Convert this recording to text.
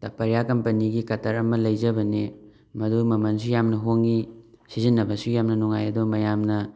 ꯇꯄꯔꯤꯌꯥ ꯀꯝꯄꯅꯤꯒꯤ ꯀꯇꯔ ꯑꯃ ꯂꯩꯖꯕꯅꯤ ꯃꯗꯨ ꯃꯃꯟꯁꯨ ꯌꯥꯝꯅ ꯍꯣꯡꯉꯤ ꯁꯤꯖꯤꯟꯅꯕꯁꯨ ꯌꯥꯝꯅ ꯅꯨꯡꯉꯥꯏ ꯑꯗꯣ ꯃꯌꯥꯝꯅ